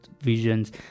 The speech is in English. visions